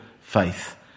faith